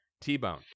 T-Bone